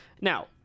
Now